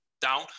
down